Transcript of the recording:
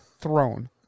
throne